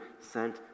sent